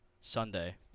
Sunday